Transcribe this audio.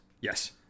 Yes